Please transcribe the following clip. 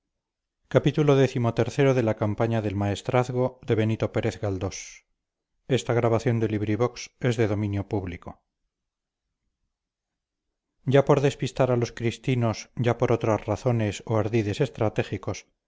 ya por despistar a los cristinos ya por otras razones o ardides estratégicos